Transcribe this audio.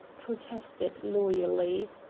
protested loyally.